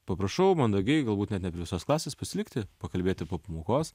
paprašau mandagiai galbūt net ne prie visos klasės pasilikti pakalbėti po pamokos